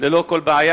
ללא כל בעיה,